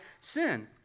sin